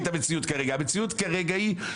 המציאות כרגע היא,